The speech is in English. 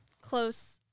close